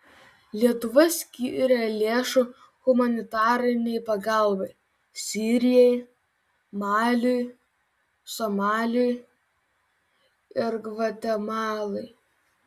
lietuva skyrė lėšų humanitarinei pagalbai sirijai maliui somaliui ir gvatemalai